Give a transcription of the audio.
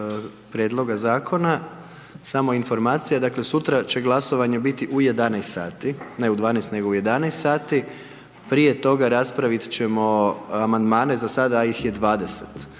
prijedloga zakona samo informacija, dakle sutra će glasovanje biti u 11 sati, ne u 12 nego u 11 sati. Prije toga raspravit ćemo amandmane za sada ih je 20.